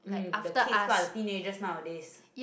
mm the kids lah the teenagers nowadays